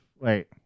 wait